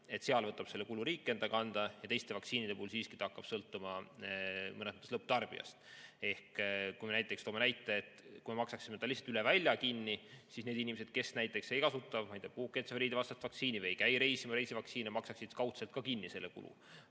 seal võtab selle kulu riik enda kanda. Teiste vaktsiinide puhul siiski see hakkab sõltuma lõpptarbijast. Ehk kui me toome näite, et kui me maksaksime selle lihtsalt üle välja kinni, siis need inimesed, kes näiteks ei kasuta, ma ei tea, puukentsefaliidivastast vaktsiini või ei käi reisimas, ei tee reisivaktsiine, maksaksid kaudselt ka kinni selle kulu.